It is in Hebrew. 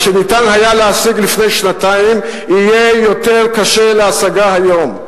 מה שניתן היה להשיג לפני שנתיים יהיה יותר קשה להשגה היום.